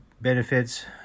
benefits